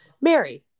Mary